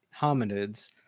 hominids